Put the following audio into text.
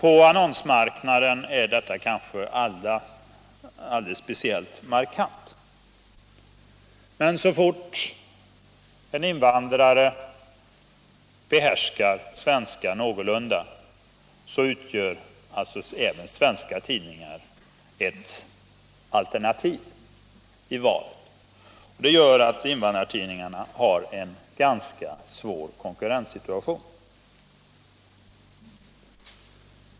På annonsmarknaden är detta kanske alldeles speciellt markant. Så fort en invandrare behärskar svenska någorlunda utgör alltså även svenska tidningar ett alternativ i valet. Det gör att invandrartidningarna har en ganska svår konkurrenssituation.